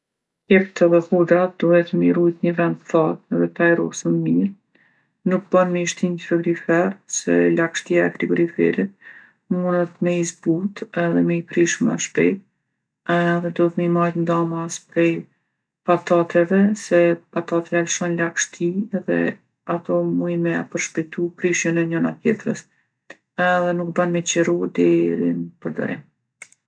Keptë edhe hudrat duhet mi rujtë ni ven t'thatë edhe t'ajrosun mirë. Nuk bon mi shti n'frigorifer se lagshtia e frigoriferit munet me i zbutë edhe me i prishë ma shpejtë edhe duhet me i majtë ndamas prej patateve se patatja lshon lagshti edhe ato mujin me ja përshpejtu prishjen e njona tjetrës. Edhe nuk bon me i qiru deri n'përdorim.